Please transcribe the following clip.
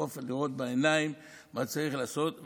באופן של לראות בעיניים מה צריך לעשות.